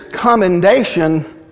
commendation